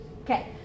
Okay